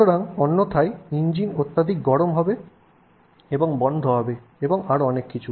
সুতরাং অন্যথায় ইঞ্জিন অত্যধিক গরম হবে এবং বন্ধ হবে এবং আরও অনেক কিছু